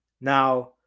now